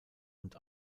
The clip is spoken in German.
und